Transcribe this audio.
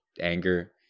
anger